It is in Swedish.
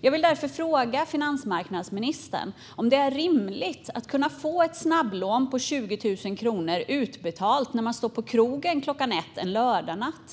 Jag vill därför fråga finansmarknadsministern om det är rimligt att kunna få ett snabblån på 20 000 kronor utbetalt när man står på krogen klockan ett en lördagsnatt.